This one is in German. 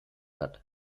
hat